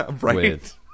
Right